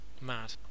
Mad